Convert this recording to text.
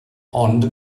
ond